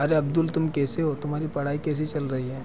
अरे अब्दुल तुम कैसे हो तुम्हारी पढ़ाई कैसी चल रही है